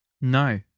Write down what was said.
No